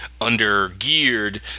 under-geared